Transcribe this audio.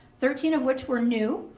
thirteen of which were new,